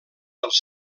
dels